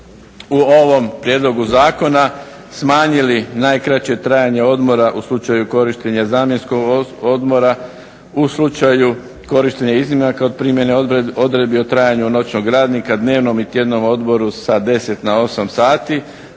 u ovom Prijedlogu zakona smanjili najkraće trajanje odmora u slučaju korištenja zamjenskog odmora, u slučaju korištenja iznimaka od primjene odredbi o trajanju noćnog radnika, dnevnom i tjednom odmoru sa 10 na 8 sati.